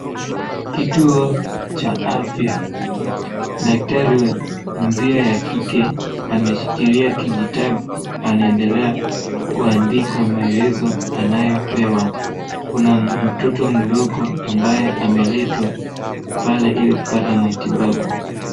Kituo cha afya. Daktari wa jinsia ya kike ameshikilia kijitabu anaendelea kuandika maelezo anayopewa. Kuna mtoto mdogo ambaye ameletwa pale ili kupata matibabu.